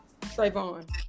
Trayvon